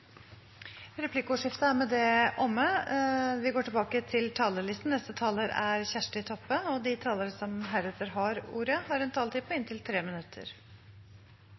er med det omme. De talere som heretter får ordet, har en taletid på inntil 3 minutter.